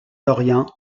dorian